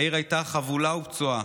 העיר הייתה חבולה ופצועה.